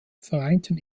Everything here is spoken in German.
vereinten